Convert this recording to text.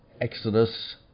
Exodus